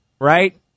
right